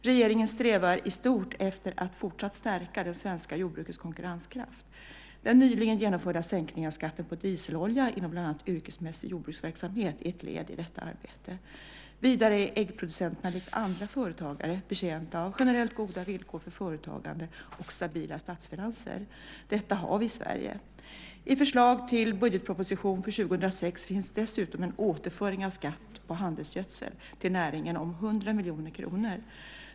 Regeringen strävar i stort efter att fortsatt stärka det svenska jordbrukets konkurrenskraft. Den nyligen genomförda sänkningen av skatten på dieselolja inom bland annat yrkesmässig jordbruksverksamhet är ett led i detta arbete. Vidare är äggproducenterna likt andra företagare betjänta av generellt goda villkor för företagande och stabila statsfinanser. Detta har vi i Sverige. I förslaget till budgetproposition för 2006 finns dessutom en återföring av skatt på handelsgödsel till näringen om 100 miljoner kronor.